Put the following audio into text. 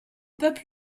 peuples